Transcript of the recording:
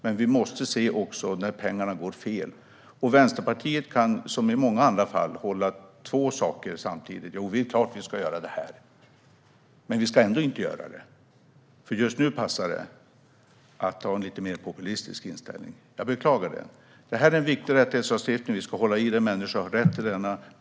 Men vi måste också se att pengarna ibland hamnar fel. Vänsterpartiet kan här, som i många andra fall, göra två saker samtidigt. Det är klart att vi ska göra det här, men vi ska ändå inte göra det, för just nu passar det att ha en lite mer populistisk inställning. Jag beklagar det. Det här är en viktig rättighetslagstiftning som vi ska hålla fast vid. Människor har rätt till assistansersättning.